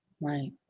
Right